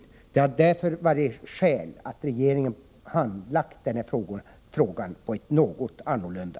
Regeringen har således haft skäl att handlägga denna fråga något annorlunda.